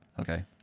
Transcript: Okay